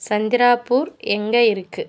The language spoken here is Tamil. சந்திராபூர் எங்கே இருக்கு